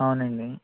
అవునండి